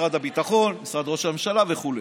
משרד הביטחון, משרד ראש הממשלה וכו'.